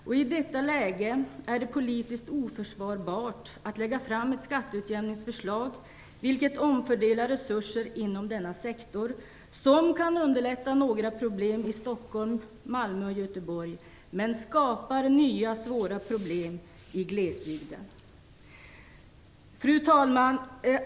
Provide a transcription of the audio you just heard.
I detta läge är det politiskt oförsvarbart att lägga fram ett skatteutjämningsförslag vilket omfördelar resurser inom denna sektor så att några problem i Stockholm, Malmö och Göteborg kan minskas men nya, svåra problem skapas i glesbygden. Fru talman!